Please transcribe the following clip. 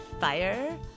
Fire